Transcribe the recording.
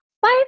five